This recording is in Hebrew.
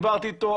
דיברתי איתו,